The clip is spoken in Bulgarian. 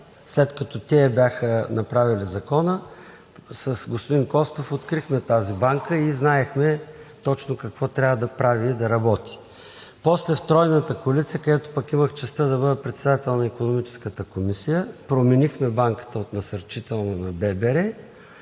след като те я бяха направили в Закона. С господин Костов открихме тази банка и знаехме точно какво трябва да прави, да работи. После в Тройната коалиция, където пък имах честта да бъда председател на Икономическата комисия, променихме банката – от Насърчителна на ББР,